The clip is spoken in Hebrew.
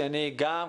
קשובה לציבור.